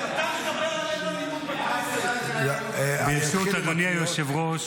אין אלימות בכנסת, גלעד, לאף אחד.